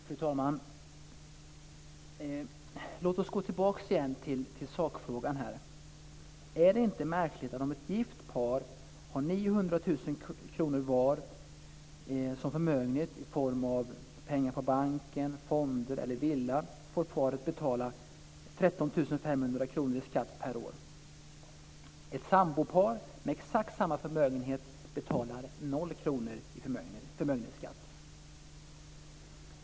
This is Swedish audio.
Fru talman! Låt oss gå tillbaka till sakfrågan igen: Är det inte märkligt att ett gift par där makarna har 900 000 kr var som förmögenhet i form av pengar på banken, fonder eller villa får betala 13 500 kr i skatt per år medan ett sambopar med exakt samma förmögenhet betalar 0 kr i förmögenhetsskatt?